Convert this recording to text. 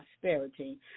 prosperity